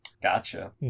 gotcha